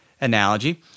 analogy